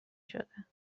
شده